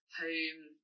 home